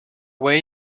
way